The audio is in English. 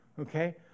okay